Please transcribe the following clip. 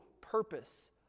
purpose